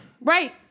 right